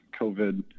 COVID